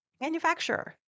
manufacturer